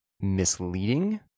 misleading